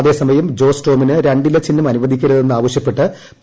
അതേസമയം ജോസ്ട്ട്രോമീന് രണ്ടിലചിഹ്നം അനുവദിക്കരുതെന്ന് ആവശ്യപ്പെട്ട് പി